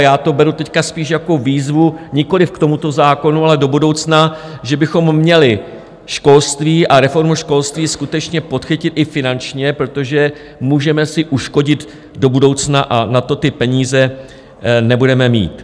Já to beru teď spíše jako výzvu nikoliv k tomuto zákonu, ale do budoucna, že bychom měli školství a reformu školství skutečně podchytit i finančně, protože si můžeme uškodit do budoucna a na to ty peníze nebudeme mít.